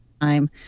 time